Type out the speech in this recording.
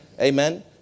Amen